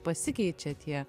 pasikeičia tie